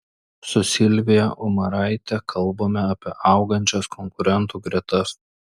su silvija umaraite kalbame apie augančias konkurentų gretas